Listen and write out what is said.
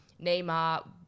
Neymar